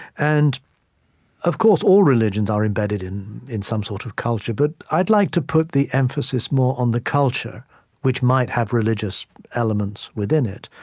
and of course, all religions are embedded in in some sort of culture. but i'd like to put the emphasis more on the culture which might have religious elements within it,